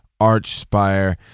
Archspire